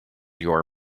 your